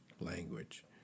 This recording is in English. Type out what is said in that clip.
Language